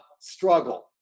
struggle